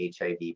HIV